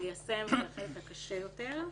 ליישם זה החלק הקשה יותר,